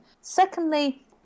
Secondly